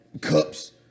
cups